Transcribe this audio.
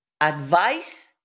advice